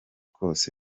kose